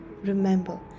remember